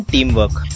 Teamwork